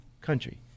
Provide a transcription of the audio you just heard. country